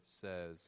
says